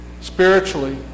spiritually